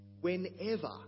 Whenever